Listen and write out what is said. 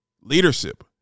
leadership